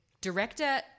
director